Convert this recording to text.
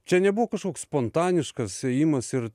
čia nebuvo kažkoks spontaniškas ėjimas ir